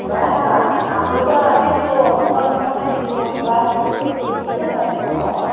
ला हाम्रो त त्यस्तो मतलब म त त्यस्तो उयो बासी दुधहरू बेच्दिन दाजु हो